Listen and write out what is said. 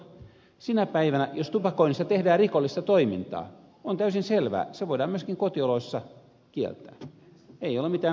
sinä päivänä jos tupakoinnista tehdään rikollista toimintaa on täysin selvää savo dennis kotioloissa kieltä ei ole mitä